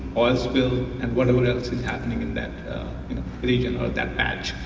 oil spill, and whatever else is happening in that region or that patch,